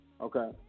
Okay